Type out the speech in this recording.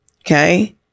okay